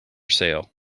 sale